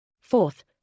Fourth